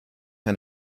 and